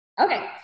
okay